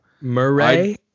Murray